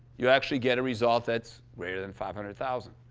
you actually get a result that's greater than five hundred thousand.